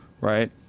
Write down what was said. right